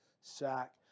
sack